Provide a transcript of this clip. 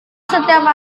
setiap